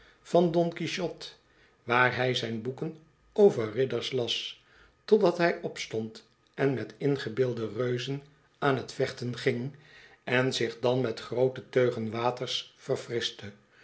van don quichot waar hij zijn boeken over ridders las totdat hij opstond en met ingebeelde reuzen aan t vechten ging en zich dan met groote teugen